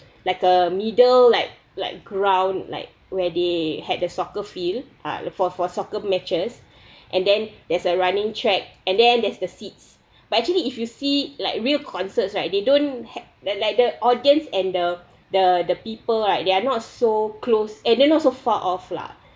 like a middle like like ground like where they had the soccer field uh for for soccer matches and then there's a running track and then there's the seats but actually if you see like real concerts right they don't have that like the audience and the the the people right they are not so close and then also far off lah